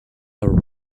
are